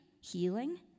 healing